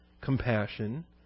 compassion